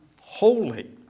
holy